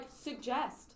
suggest